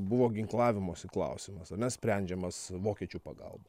buvo ginklavimosi klausimas ar ne sprendžiamas vokiečių pagalba